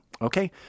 Okay